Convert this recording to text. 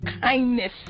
kindness